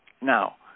Now